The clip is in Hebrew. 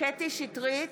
קטי קטרין שטרית,